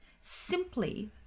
simply